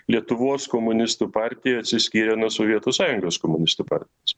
lietuvos komunistų partija atsiskyrė nuo sovietų sąjungos komunistų partijos